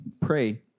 pray